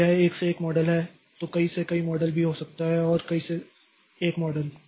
तो यह एक से एक मॉडल है तो कई से एक मॉडल भी हो सकता है और कई से एक मॉडल